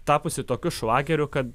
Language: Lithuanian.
tapusi tokiu šlageriu kad